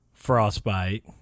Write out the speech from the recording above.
frostbite